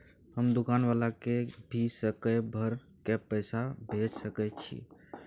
हम दुकान वाला के भी सकय कर के पैसा भेज सके छीयै?